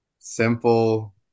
simple